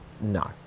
no